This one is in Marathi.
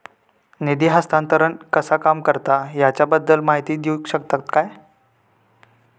निधी हस्तांतरण कसा काम करता ह्याच्या बद्दल माहिती दिउक शकतात काय?